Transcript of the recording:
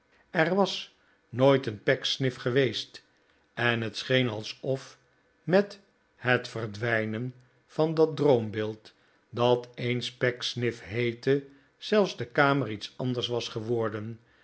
er was nooit een pecksniff geweest en het scheen alsof met het verdwijnen van dat droombeeld dat eens pecksniff heette zelfs de kamer iets anders was geworden